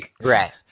Right